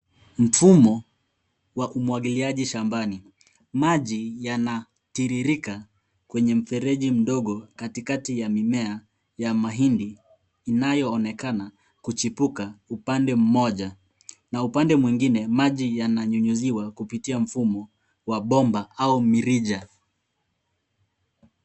Mfumo wa umwagiliaji shambani. Maji yanatiririka kwenye mfereji mdogo katikati ya mmea ya mahindi inayoonekana kuchipuka upande mmoja na upande mwingine, maji yananyunyiziwa kupitia mfumo wa bomba au mirija.